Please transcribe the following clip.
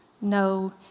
no